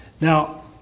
Now